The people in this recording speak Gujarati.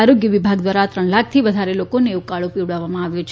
આરોગ્ય વિભાગ દ્વારા ત્રણ લાખથી વધારે લોકોને ઉકાળો પીવડાવવામાં આવ્યો છે